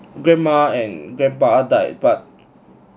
grandma and grandpa died but